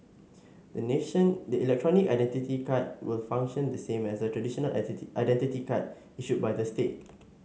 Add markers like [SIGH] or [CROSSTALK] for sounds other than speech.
the nation the electronic identity card will function the same as a traditional [UNINTELLIGIBLE] identity card issued by the state